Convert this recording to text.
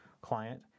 client